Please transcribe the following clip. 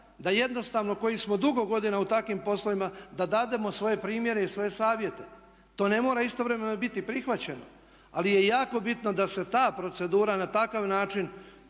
da jednostavno koji smo dugo godina u takvim poslovima da dademo svoje primjere i svoje savjete. To ne mora istovremeno biti prihvaćeno ali je jako bitno da se ta procedura na takav način